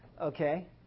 Okay